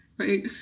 right